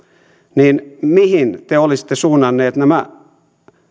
niin mihin te olisitte suunnanneet nämä